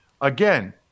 Again